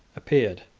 appeared.